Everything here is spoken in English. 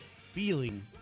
feeling